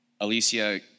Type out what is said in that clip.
Alicia